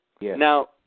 Now